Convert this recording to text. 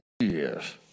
Yes